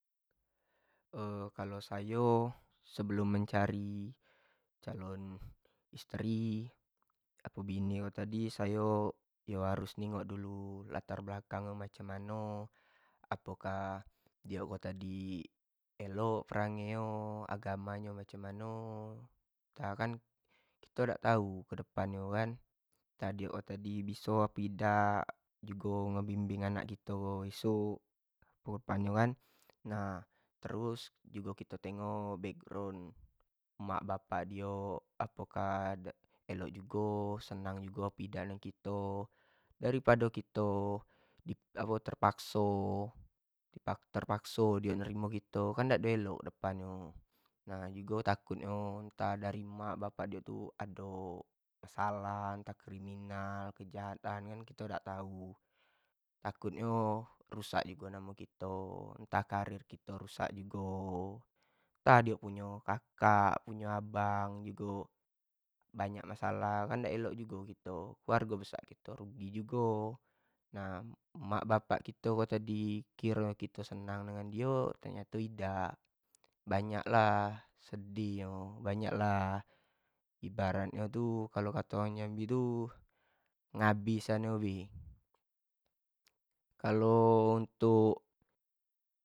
kalo sayo seblum mencari calon isteri apo bini ko tadi yo sayo harus negok dulu latar belakang ko macam mano, apoka elok agamo nyo, perangai nyo macam mano, nah kan kito dak atu kedepan nyo kan, ntah kito dak tau dio tu biso apo idak jugo ngebimbing anak kito esok, nah terus kito tengok background mak bapak dio apokah, elok jugo senag jugo apo idak dengan kit, dari pado kito terpakso io nerimo kito kan dak ado elok kito ke depan nyo, nah takut nyo ntah dari mak bapak nyo tadi tu ado masalah ntha criminal ntah kejahatan kito kan dak tau takut nyo rusak jugo namo kito, ntah karir kito rusak jugo, ntah dio punyo kakak, punyo abang, banyak masalah kan dak elok jugo kito, keluarga besar kito rugi jugo, nah mak bapak kito tadi kiro nyo kito senang samo dio, rupo nyo idak, banyak lah sedih nyo, banyak lah ibarat nyo tu kalo kato orang jambi tu ngabisin bae, kalo untuk.